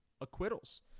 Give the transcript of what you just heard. acquittals